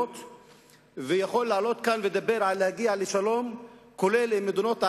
את הבית היהודי בהרחבת ההתנחלויות ומצד שני לעלות כאן